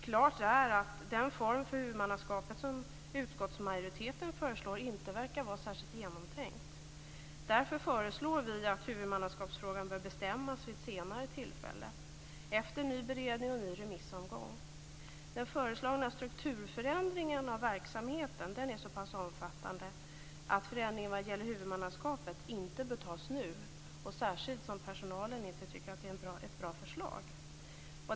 Klart är att den form för huvudmannaskapet som utskottsmajoriteten föreslår inte verkar vara särskilt genomtänkt. Därför föreslår vi att huvudmannaskapet skall bestämmas vid ett senare tillfälle, efter ny beredning och ny remissomgång. Den föreslagna strukturförändringen av verksamheten är så pass omfattande att förändringen vad gäller huvudmannaskapet inte bör tas nu, särskilt som personalen inte tycker att det är ett bra förslag.